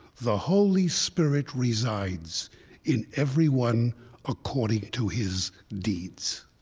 the holy spirit resides in everyone according to his deeds